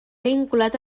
vinculat